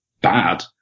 bad